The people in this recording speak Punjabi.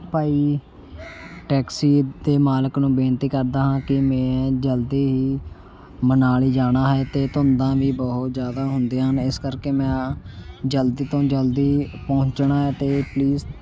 ਭਾਈ ਟੈਕਸੀ ਦੇ ਮਾਲਕ ਨੂੰ ਬੇਨਤੀ ਕਰਦਾ ਹਾਂ ਕਿ ਮੈਂ ਜਲਦੀ ਹੀ ਮਨਾਲੀ ਜਾਣਾ ਹੈ ਅਤੇ ਧੁੰਦਾਂ ਵੀ ਬਹੁਤ ਜ਼ਿਆਦਾ ਹੁੰਦੀਆਂ ਹਨ ਇਸ ਕਰਕੇ ਮੈਂ ਜਲਦੀ ਤੋਂ ਜਲਦੀ ਪਹੁੰਚਣਾ ਹੈ ਅਤੇ ਪਲੀਸ